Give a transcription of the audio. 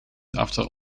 after